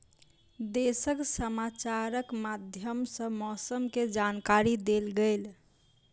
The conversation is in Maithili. देशक समाचारक माध्यम सॅ मौसम के जानकारी देल गेल